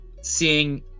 seeing